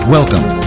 Welcome